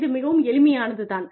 இது மிகவும் எளிமையானது தான்